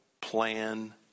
plan